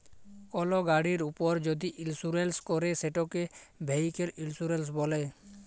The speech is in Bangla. কল গাড়ির উপর যদি ইলসুরেলস ক্যরে সেটকে ভেহিক্যাল ইলসুরেলস ব্যলে